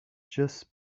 just